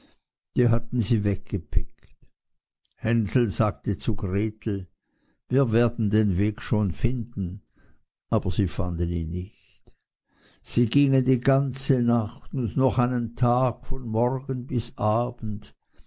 die hatten sie weggepickt hänsel sagte zu gretel wir werden den weg schon finden aber sie fanden ihn nicht sie gingen die ganze nacht und noch einen tag von morgen bis abend